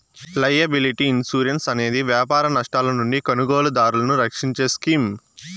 liability insurance అనేది వ్యాపార నష్టాల నుండి కొనుగోలుదారులను రక్షించే స్కీమ్